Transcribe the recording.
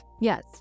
yes